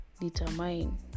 determine